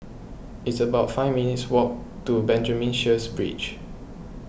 it's about five minutes' walk to Benjamin Sheares Bridge